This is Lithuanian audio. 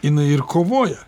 jinai ir kovoja